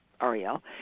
Ariel